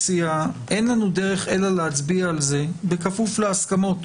אין לנו דרך אלא להצביע על זה בכפוף להסכמות,